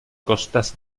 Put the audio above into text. costas